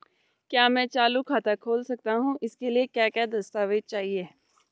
क्या मैं चालू खाता खोल सकता हूँ इसके लिए क्या क्या दस्तावेज़ चाहिए?